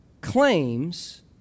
claims